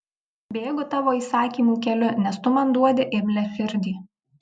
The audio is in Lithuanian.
bėgu tavo įsakymų keliu nes tu man duodi imlią širdį